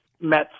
Met